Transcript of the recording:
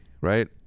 right